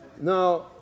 Now